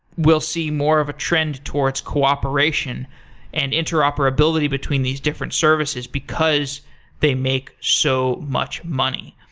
we'll see more of a trend towards cooperation and interoperability between these different services, because they make so much money.